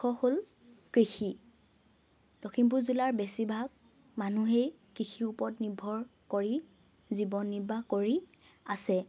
উৎস হ'ল কৃষি লখিমপুৰ জিলাৰ বেছিভাগ মানুহেই কৃষিৰ ওপৰত নিৰ্ভৰ কৰি জীৱন নিৰ্বাহ কৰি আছে